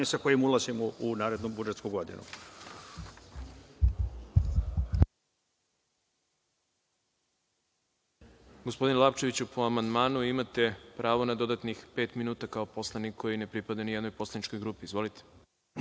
kojim ulazimo u narednu budžetsku godinu.